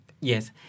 Yes